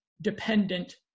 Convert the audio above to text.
dependent